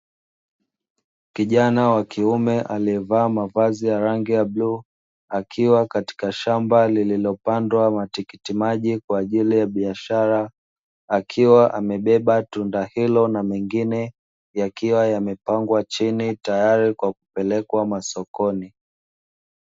Kijanawa kiume aliyevalia mavazi ya rangi ya bluu, akiwa katika shamba lililopangwa matikiti maji kwajili ya biashara, akiwa amebeba tunda hilo na mengine yakiwa yamepangwa chini tayari kwa kupekwa masokoni.